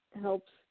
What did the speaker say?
helps